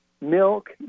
milk